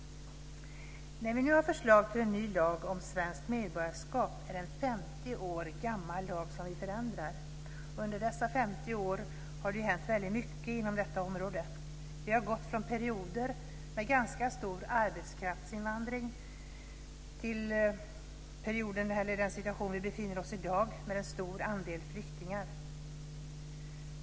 När vi nu föreslår en ny lag om svenskt medborgarskap är det en 50 år gammal lag som vi förändrar. Under dessa 50 år har det hänt väldigt mycket inom detta område. Vi har gått från perioder med ganska stor arbetskraftsinvandring till den situation vi befinner oss i i dag med en stor andel flyktingar.